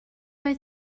oedd